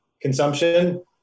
consumption